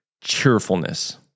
cheerfulness